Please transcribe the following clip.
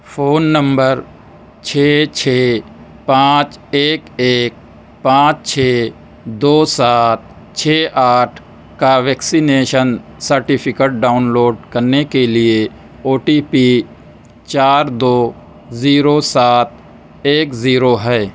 phone number چھ چھ پانچ ایک ایک پانچ چھ دو سات چھ آٹھ کا ویکسینیشن سرٹیفکیٹ ڈاؤن لوڈ کرنے کے لیے او ٹی پی چار دو زیرو سات ایک زیرو ہے